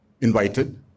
invited